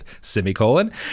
Semicolon